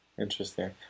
interesting